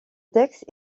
texte